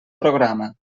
programa